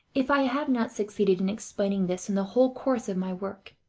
if i have not succeeded in explaining this in the whole course of my work,